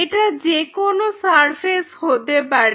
এটা যেকোন সারফেস হতে পারে